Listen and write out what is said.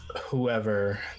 whoever